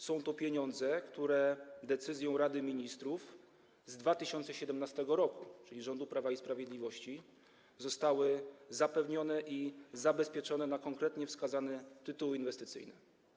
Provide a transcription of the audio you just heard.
Są to pieniądze, które decyzją Rady Ministrów z 2017 r., czyli rządu Prawa i Sprawiedliwości, zostały zapewnione i zabezpieczone na konkretnie wskazane tytuły inwestycyjne.